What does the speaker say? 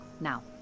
Now